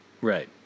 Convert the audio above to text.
Right